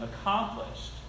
accomplished